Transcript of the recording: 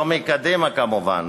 לא מקדימה כמובן,